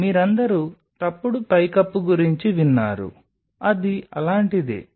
మీరందరూ తప్పుడు పైకప్పు గురించి విన్నారు అది అలాంటిదే